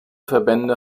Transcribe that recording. verbände